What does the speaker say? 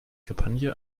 kampagne